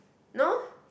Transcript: no